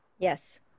Yes